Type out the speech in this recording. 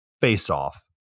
Face-Off